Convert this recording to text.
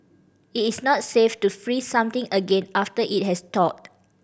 it is not safe to freeze something again after it has thawed